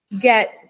get